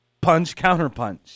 punch-counterpunch